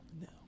no